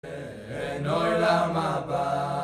מעין עולם הבא